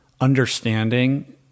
understanding